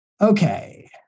Okay